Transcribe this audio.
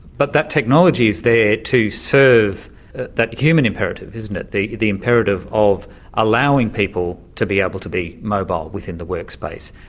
but that technology is there to serve that human imperative, isn't it, the the imperative of allowing people to be able to be mobile within the workspace.